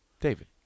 David